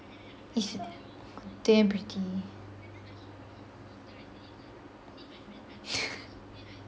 it's damn pretty